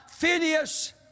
Phineas